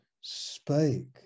spake